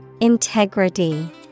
Integrity